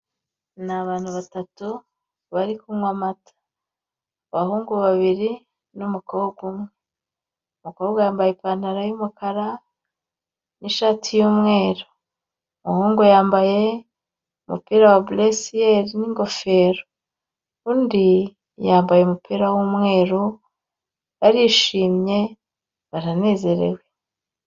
Ni abantu batatu bari kunywa amata abahungu babiri n'umukobwa umwe, umukobwa yambaye ipantaro y'umukara n'ishati y'umweru, umuhungu yambaye umupira wa buresiyeri n'ingofero undi yambaye umupira w'umweru arishimye baranezerewe.